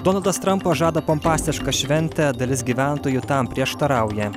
donaldas trampas žada pompastišką šventę dalis gyventojų tam prieštarauja